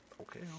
okay